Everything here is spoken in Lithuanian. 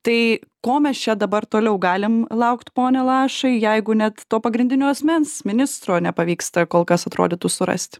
tai ko mes čia dabar toliau galim laukt pone lašai jeigu net to pagrindinio asmens ministro nepavyksta kol kas atrodytų surasti